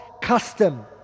custom